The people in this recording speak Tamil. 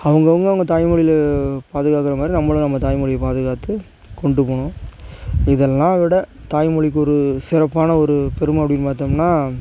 அவங்கவுங்க அவங்க தாய்மொழியில் பாதுகாக்கிற மாதிரி நம்மளும் நம்ம தமிழ்மொழியை பாதுகாத்து கொண்டு போகணும் இதெல்லாம் விட தாய்மொழிக்கு ஒரு சிறப்பான ஒரு பெருமை அப்படின்னு பார்த்தோம்னா